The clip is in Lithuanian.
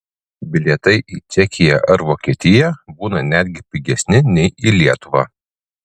bilietai į čekiją ar vokietiją būna netgi pigesni nei į lietuvą